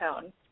tone